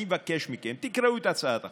אני אבקש מכם, תקראו את הצעת החוק,